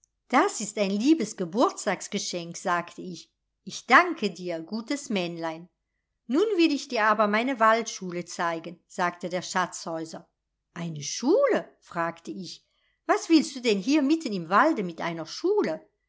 das ist ein liebes geburtstagsgeschenk sagte ich ich danke dir gutes männlein nun will ich dir aber meine waldschule zeigen sagte der schatzhäuser eine schule fragte ich was willst du denn hier mitten im walde mit einer schule